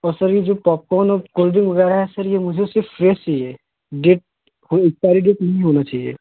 और सर यह जो पॉपकॉर्न और कोल्ड ड्रिंक वगैराह है यह सर मुझे यह सिर्फ़ फ्रेश चाहिए डेट एक्सपायरी डेट नहीं होना चाहिए